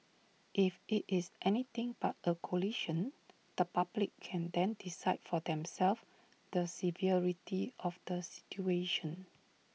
if IT is anything but A collision the public can then decide for themselves the severity of the situation